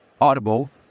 Audible